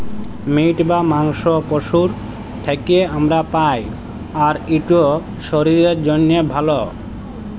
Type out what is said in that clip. meet বা মাংস পশুর থ্যাকে আমরা পাই, আর ইট শরীরের জ্যনহে ভাল